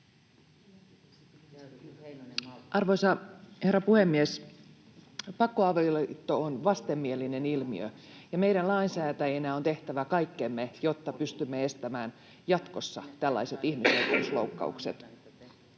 Arvoisa herra puhemies! Pakkoavioliitto on vastenmielinen ilmiö, ja meidän lainsäätäjinä on tehtävä kaikkemme, jotta pystymme estämään jatkossa tällaiset ihmisoikeusloukkaukset.